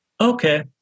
okay